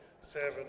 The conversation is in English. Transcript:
seven